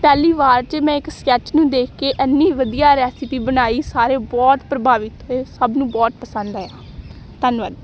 ਪਹਿਲੀ ਵਾਰ 'ਚ ਮੈਂ ਇੱਕ ਸਕੈੱਚ ਨੂੰ ਦੇਖ ਕੇ ਇੰਨੀ ਵਧੀਆ ਰੈਸਿਪੀ ਬਣਾਈ ਸਾਰੇ ਬਹੁਤ ਪ੍ਰਭਾਵਿਤ ਹੋਏ ਸਭ ਨੂੰ ਬਹੁਤ ਪਸੰਦ ਆਇਆ ਧੰਨਵਾਦ